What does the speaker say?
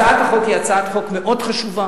הצעת החוק היא הצעת חוק מאוד חשובה,